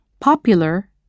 Popular